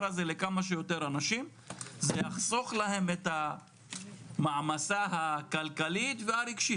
הזה לכמה שיותר אנשים זה יחסוך להם את המעמסה הכלכלית והרגשית,